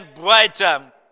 brighter